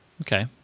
Okay